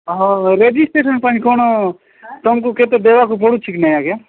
ହଁ ରେଜିଷ୍ଟ୍ରେସନ ପାଇଁ କ'ଣ ତୁମକୁ କେତେ ଦେବାକୁ ପଡ଼ୁଛିି କି ନାଇଁ ଆଜ୍ଞା